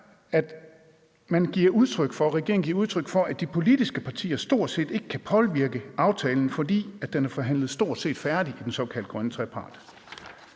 at regeringen giver udtryk for, at de politiske partier stort set ikke kan påvirke aftalen, fordi den er forhandlet stort set færdig i den såkaldte grønne trepart.